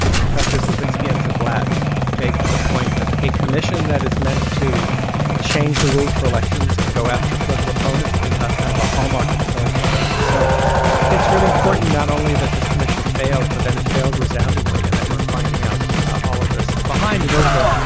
professors levitsky enza blat make the point that a commission that is meant to change the rules for elections and go after political opponents is ah kind of a hallmark of authoritarianism. so it's really important not only that this commission failed, but that it failed resoundingly and that we're finding out all of this behind in order to